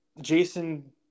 Jason